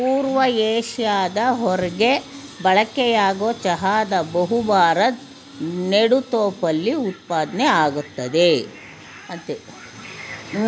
ಪೂರ್ವ ಏಷ್ಯಾದ ಹೊರ್ಗೆ ಬಳಕೆಯಾಗೊ ಚಹಾದ ಬಹುಭಾ ಭಾರದ್ ನೆಡುತೋಪಲ್ಲಿ ಉತ್ಪಾದ್ನೆ ಆಗ್ತದೆ